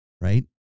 Right